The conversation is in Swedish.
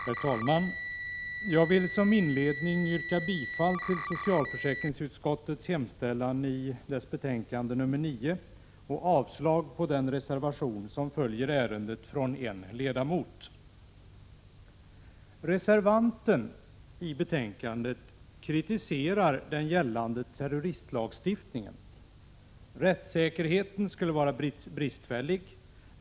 Herr talman! Jag vill som inledning yrka bifall till socialförsäkringsutskottets hemställan i dess betänkande nr 9 och avslag på den reservation som avgivits i ärendet av en ledamot. Reservanten kritiserar den gällande terroristlagstiftningen. Rättssäkerheten skulle vara bristfällig.